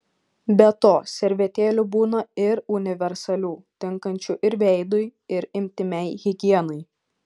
be to servetėlių būna ir universalių tinkančių ir veidui ir intymiai higienai